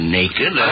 naked